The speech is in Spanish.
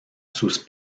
sus